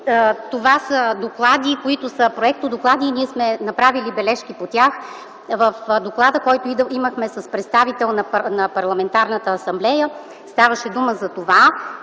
това са доклади, които са проектодоклади, и ние сме направили бележки по тях. В доклада, който имахме с представител на Парламентарната асамблея, ставаше дума за това,